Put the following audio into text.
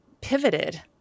pivoted